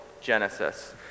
Genesis